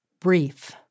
brief